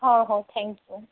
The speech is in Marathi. हो हो थँक यू